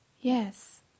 Yes